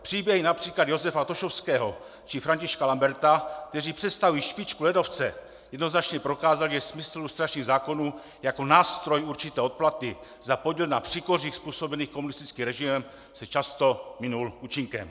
Příběhy například Josefa Tošovského či Františka Lamberta, kteří představují špičku ledovce, jednoznačně prokázaly, že smysl lustračních zákonů jako nástroj určité odplaty za podíl na příkořích způsobených komunistickým režimem se často minul účinkem.